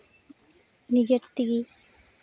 ᱱᱤᱡᱮ ᱛᱮᱜᱮ